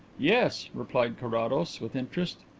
yes, replied carrados, with interest.